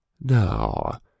now